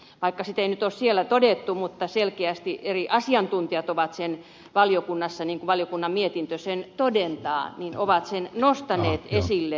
vaikka sitä nyt ei ole siellä todettu niin selkeästi eri asiantuntijat ovat sen valiokunnassa niin kuin valiokunnan mietintö sen todentaa nostaneet esille